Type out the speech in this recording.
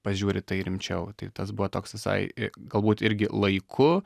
pažiūri į tai rimčiau tai tas buvo toks visai galbūt irgi laiku